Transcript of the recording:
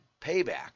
payback